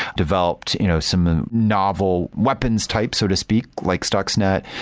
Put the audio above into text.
developed you know some novel weapons type so to speak, like stuxnex,